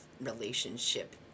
relationship